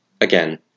Again